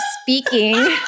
speaking